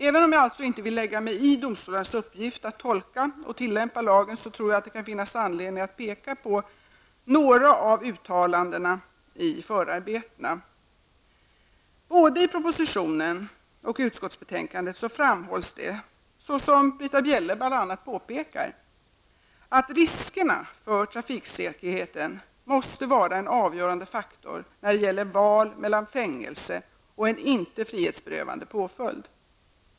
Även om jag alltså inte vill lägga mig i domstolarnas uppgift att tolka och tillämpa lagen tror jag att det kan finnas anledning att påpeka några av uttalandena i förarbetena. Både i propositionen och i utskottets betänkande framhölls, såsom bl.a. Britta Bjelle här påpekat, trafiksäkerhetsrisken måste vara en avgörande faktor när det gäller val mellan fängelse och icke frihetsberövande påföljd.